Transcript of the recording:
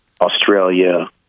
Australia